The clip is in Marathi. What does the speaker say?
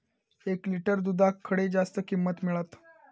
एक लिटर दूधाक खडे जास्त किंमत मिळात?